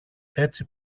έτσι